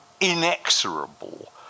inexorable